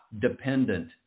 dependent